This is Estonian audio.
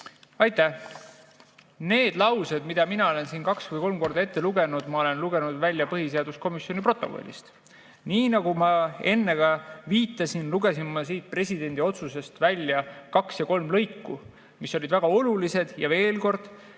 Aitäh! Need laused, mida mina olen siin kaks või kolm korda ette lugenud, ma olen lugenud välja põhiseaduskomisjoni protokollist. Nii nagu ma enne ka viitasin, lugesin ma siit presidendi otsusest välja kaks või kolm lõiku, mis olid väga olulised. Veel kord: